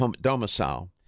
domicile